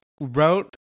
wrote